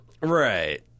Right